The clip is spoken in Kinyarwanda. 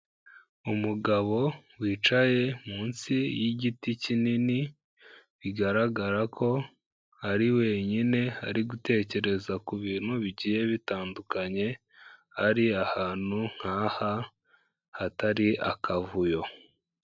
Umugabo wicaye munsi y'igiti kinini, bigaragara ko ari wenyine ari gutekereza ku bintu bigiye bitandukanye, ari ahantu nk'aha hatari akavuyo.